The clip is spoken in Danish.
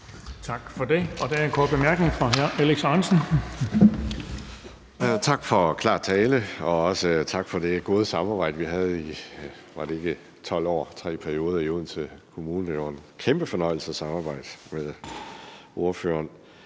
Tak for det. Der er en kort bemærkning fra hr. Alex Ahrendtsen. Kl. 21:34 Alex Ahrendtsen (DF): Tak for klar tale, og også tak for det gode samarbejde, vi havde i – var det i 12 år i tre perioder? – i Odense Kommune. Det var en kæmpe fornøjelse at samarbejde med ordføreren.